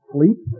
Sleep